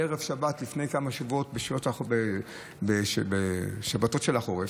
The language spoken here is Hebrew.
פעם, בערב שבת לפני כמה שבועות, בשבתות של החורף,